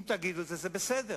אם תגידו זה בסדר.